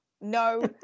No